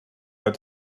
pas